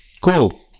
cool